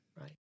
right